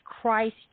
Christ